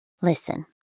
Listen